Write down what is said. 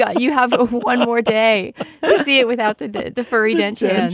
ah you have one more day to see it without the the furry densha.